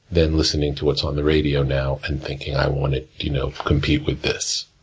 than listening to what's on the radio now, and thinking i wanna you know compete with this.